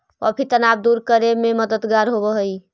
coffee तनाव दूर करे में मददगार होवऽ हई